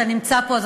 אתה נמצא פה,